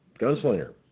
Gunslinger